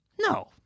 No